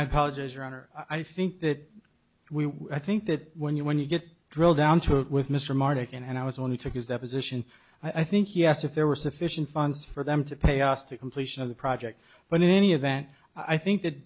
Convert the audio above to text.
i apologize your honor i think that we i think that when you when you get drilled down to it with mr martin and i was only took his deposition i think he asked if there were sufficient funds for them to pay us to completion of the project but in any event i think that